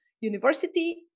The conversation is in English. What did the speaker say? university